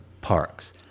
parks